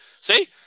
see